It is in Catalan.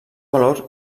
valor